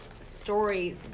story